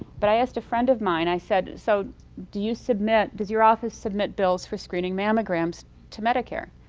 but i asked a friend of mine, i said, so do you submit does your office submit bills for screening mammograms to medicare?